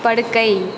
படுக்கை